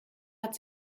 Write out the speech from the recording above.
hat